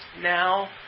now